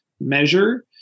measure